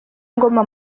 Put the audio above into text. ngoma